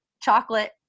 chocolate